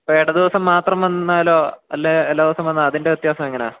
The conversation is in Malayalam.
ഇപ്പം ഇട ദിവസം മാത്രം വന്നാലോ അല്ലേ എല്ലാ ദിവസവും വന്നാൽ അതിൻ്റെ വ്യത്യാസം എങ്ങനെയാണ്